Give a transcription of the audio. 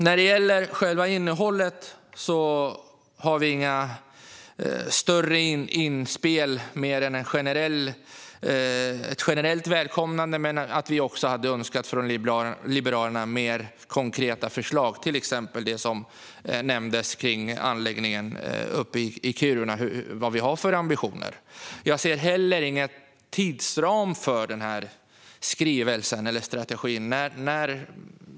När det gäller själva innehållet har vi inga större inspel annat än ett generellt välkomnande, men från Liberalernas sida hade vi önskat mer konkreta förslag, till exempel det som nämndes om ambitionerna med anläggningen i Kiruna. Jag ser heller ingen tidsram för strategin.